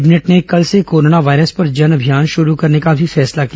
cabinet ने कल से कोरोना वायरस पर जन अभियान शुरू करने का भी फैसला किया